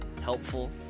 helpful